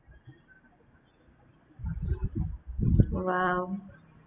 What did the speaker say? !wow!